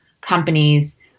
companies